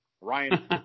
Ryan